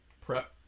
prep